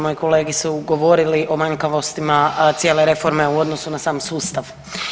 Moji kolege su govorili o manjkavostima cijele reforme u odnosu na sam sustav.